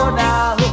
now